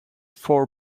four